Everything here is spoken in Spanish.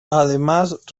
además